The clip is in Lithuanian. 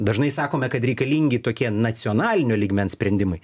dažnai sakome kad reikalingi tokie nacionalinio lygmens sprendimai